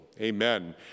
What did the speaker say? Amen